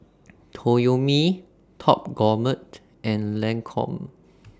Toyomi Top Gourmet and Lancome